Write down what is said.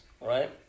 right